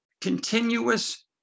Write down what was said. continuous